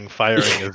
firing